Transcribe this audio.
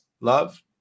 love